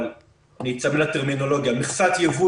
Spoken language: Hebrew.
אבל אני אצמד לטרמינולוגיה מכסת יבוא